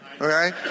okay